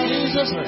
Jesus